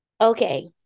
Okay